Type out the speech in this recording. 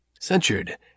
censured